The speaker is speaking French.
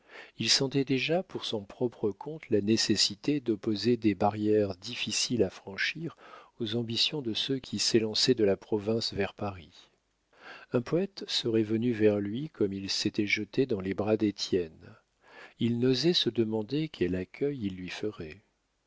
il sentait déjà pour son propre compte la nécessité d'opposer des barrières difficiles à franchir aux ambitions de ceux qui s'élançaient de la province vers paris un poète serait venu vers lui comme il s'était jeté dans les bras d'étienne il n'osait se demander quel accueil il lui ferait